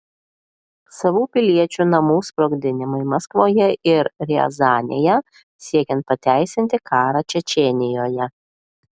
savų piliečių namų sprogdinimai maskvoje ir riazanėje siekiant pateisinti karą čečėnijoje